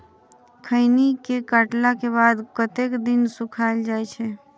खैनी केँ काटला केँ बाद कतेक दिन सुखाइल जाय छैय?